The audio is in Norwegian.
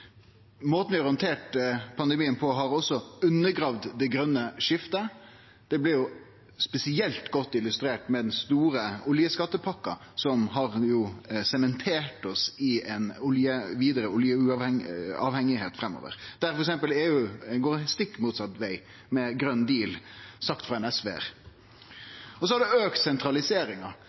Måten vi har handtert pandemien på, har også undergrave det grøne skiftet. Det blei spesielt godt illustrert med den store oljeskattepakka, som har sementert oss i ei vidare oljeavhengigheit framover. EU f.eks. går stikk motsett veg, med grøn deal – sagt frå ein SV-ar. Og så har det auka sentraliseringa.